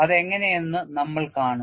അത് എങ്ങനെയെന്ന് നമ്മൾ കാണും